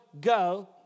go